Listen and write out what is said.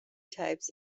types